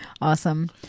awesome